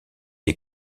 des